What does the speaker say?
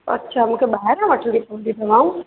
अच्छा मूंखे ॿाहिरां वठिणी पवंदी दवाऊं